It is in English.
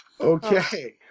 Okay